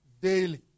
daily